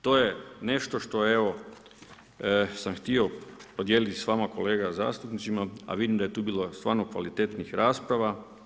To je nešto što evo sam htio podijeliti s vama kolegama zastupnicima a vidim da je tu bilo stvarno kvalitetnih rasprava.